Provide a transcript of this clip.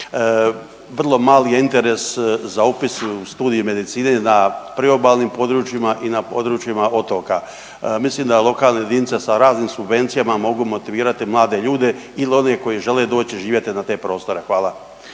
vrlo mali je interes za upis u studij medicine na priobalnim područjima i na područjima otoka. Mislim da lokalne jedinice sa raznim subvencijama mogu motivirati mlade ljude ili one koji žele doći živjeti na te prostore. Hvala.